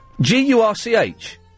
G-U-R-C-H